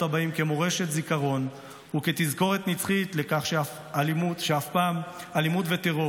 הבאים כמורשת זיכרון וכתזכורת נצחית לכך שאף פעם אלימות וטרור